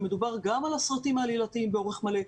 ומדובר גם על הסרטים העלילתיים באורך מלא,